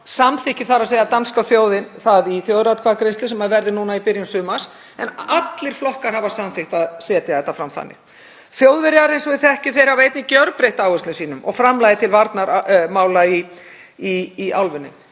samþykki danska þjóðin það í þjóðaratkvæðagreiðslu sem verður núna í byrjun sumars en allir flokkar hafa samþykkt að setja þetta fram þannig. Þjóðverjar eins og við þekkjum hafa einnig gjörbreytt áherslum sínum og framlagi til varnarmála í álfunni.